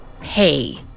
pay